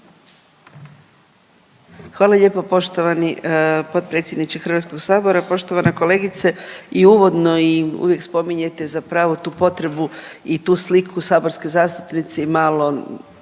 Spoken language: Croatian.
Hvala lijepo poštovani potpredsjedniče HS. Poštovana kolegice, i uvodno i uvijek spominjete zapravo tu potrebu i tu sliku, saborski zastupnici malo,